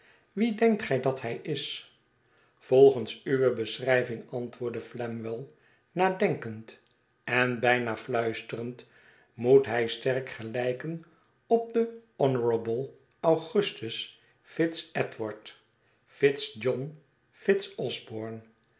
wie denkt gij dat hij is volgens uwe beschrijving antwoordde flamwell nadenkend en bijna fluisterend moet hij sterk gelijken op den honourable augustus fitz edward fitz john